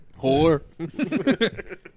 whore